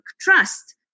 trust